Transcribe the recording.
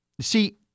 See